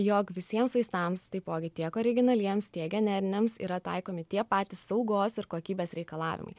jog visiems vaistams taipogi tiek originaliems tiek generiniams yra taikomi tie patys saugos ir kokybės reikalavimai